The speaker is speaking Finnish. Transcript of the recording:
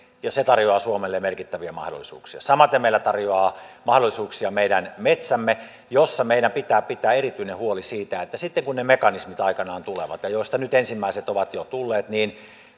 ja se tarjoaa suomelle merkittäviä mahdollisuuksia samaten meille tarjoaa mahdollisuuksia meidän metsämme missä meidän pitää pitää erityinen huoli siitä että sitten kun ne mekanismit aikanaan tulevat niin maankäytön kuin myöskin taakanjaon osalta ja joista nyt ensimmäiset ovat jo tulleet niin